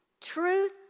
Truth